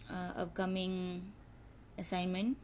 uh upcoming assignment